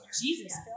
Jesus